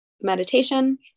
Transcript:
meditation